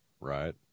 Right